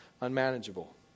unmanageable